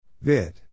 Vid